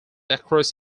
across